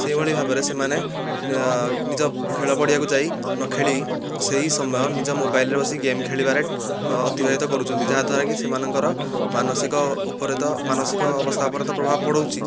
ସେଇଭଳି ଭାବରେ ସେମାନେ ନିଜ ଖେଳ ପଡ଼ିଆକୁ ଯାଇ ନ ଖେଳି ସେହି ସମୟ ନିଜ ମୋବାଇଲ୍ରେ ବସି ଗେମ୍ ଖେଳିବାରେ ଅତିବାହିତ କରୁଛନ୍ତି ଯାହାଦ୍ୱାରା କି ସେମାନଙ୍କର ମାନସିକ ଉପରେ ତ ମାନସିକ ଅବସ୍ଥା ଉପରେ ତ ପ୍ରଭାବ ପଡ଼ୁଛି